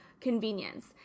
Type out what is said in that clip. convenience